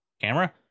camera